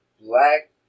Black